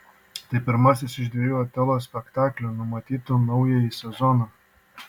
tai pirmasis iš dviejų otelo spektaklių numatytų naująjį sezoną